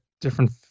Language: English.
different